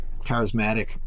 charismatic